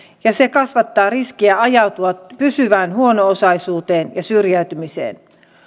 ja se kasvattaa riskiä ajautua pysyvään huono osaisuuteen ja syrjäytymiseen